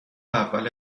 اول